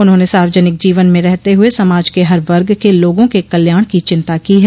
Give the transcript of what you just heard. उन्होंने सार्वजनिक जीवन में रहते हुए समाज के हर वर्ग के लोगों के कल्याण की चिंता की है